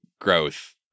growth